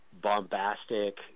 bombastic